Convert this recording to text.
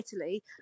Italy